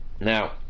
now